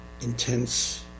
intense